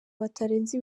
batarenze